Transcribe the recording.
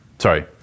sorry